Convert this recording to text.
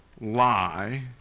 lie